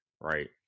Right